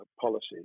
policies